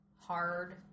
hard